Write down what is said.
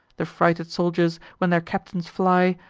the frighted soldiers, when their captains fly,